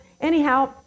anyhow